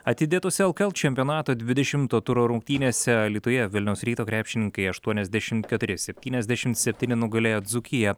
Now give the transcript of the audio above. atidėtos lkl čempionato dvidešimto turo rungtynėse alytuje vilniaus ryto krepšininkai aštuoniasdešim keturi septyniasdešim septyni nugalėjo dzūkiją